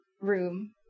room